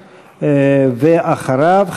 ואחריו,